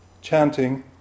chanting